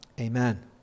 Amen